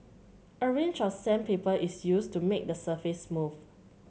a range of sandpaper is used to make the surface smooth